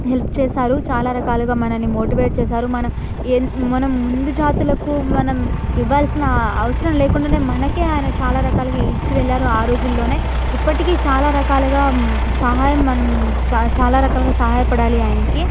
help చేసారు చాలా రకాలుగా మనలని మోటివేట్ చేసారు మన ఏ మనం ముందు జాతులకు మనం ఇవ్వాల్సిన అవసరం లేకుండానే మనకే ఆయన చాలా రకాలుగా ఇచ్చి వెళ్ళారు రోజుల్లోనే ఇప్పటికీ చాలా రకాలుగా సహాయం మనం చ చాలా రకాలుగా సహాయపడాలి ఆయనకి